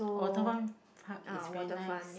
oh that one heard it's very nice